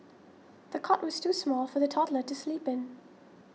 the cot was too small for the toddler to sleep in